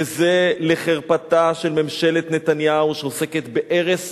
וזה לחרפתה של ממשלת נתניהו שעוסקת בהרס